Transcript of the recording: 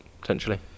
Potentially